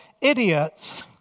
idiots